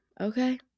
Okay